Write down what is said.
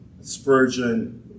Spurgeon